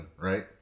right